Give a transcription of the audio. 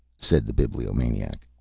said the bibliomaniac.